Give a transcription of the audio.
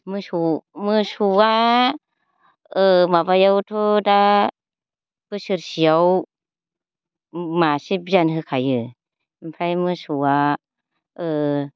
मोसौ मोसौआ ओ माबायावथ' दा बोसोरसेयाव मासे बियान होखायो ओमफ्राय मोसौआ ओ